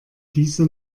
diese